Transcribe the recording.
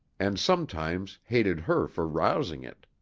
and sometimes hated her for rousing it.